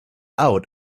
out